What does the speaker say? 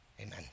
Amen